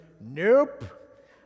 Nope